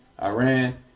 Iran